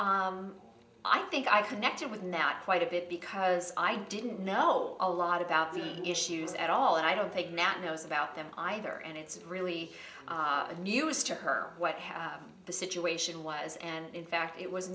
i i think i connected with now quite a bit because i didn't know a lot about the issues at all and i don't take that knows about them either and it's really bad news to her what have the situation was and in fact it was